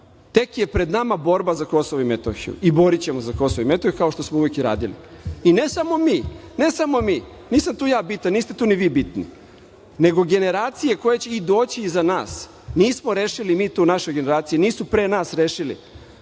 Tek je pred nama borba za Kosovo i Metohiju. I borićemo se za Kosovo i Metohiju, kao što smo uvek i radili. Ne samo mi. Nisam tu ja bitan, niste tu ni vi bitni, nego generacije koje će doći iza nas. Nismo rešili mi to u našoj generaciji, nisu pre nas rešili,